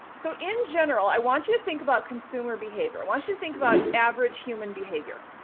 so in general, i want you to think about consumer behavior. i want you to think about average human behavior.